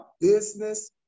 business